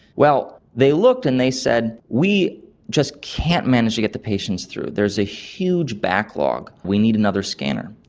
well, they looked and they said we just can't manage to get the patients through. there's a huge backlog, we need another scanner.